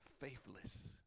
faithless